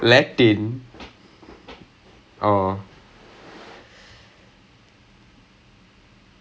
this this I was this close it was drama or latin literally